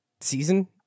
season